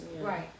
Right